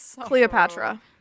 Cleopatra